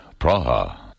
Praha